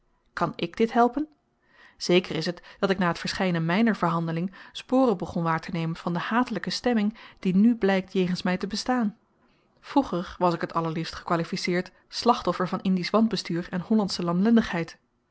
kan ik dit helpen zeker is t dat ik na t verschynen myner verhandeling sporen begon waartenemen van de hatelyke stemming die nu blykt jegens my te bestaan vroeger was ik t allerliefst gekwalificeerd slachtoffer van indisch wanbestuur en